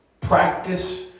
Practice